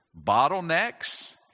bottlenecks